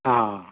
ஆ